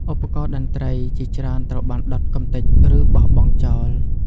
ឧបករណ៍តន្ត្រីជាច្រើនត្រូវបានដុត កម្ទេច ឬបោះបង់ចោល។